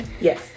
Yes